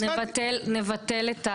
קנסות זה לא